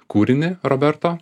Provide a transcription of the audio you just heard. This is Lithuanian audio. kūrinį roberto